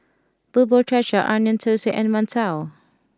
Bubur Cha Cha Onion Thosai and Mantou